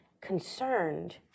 concerned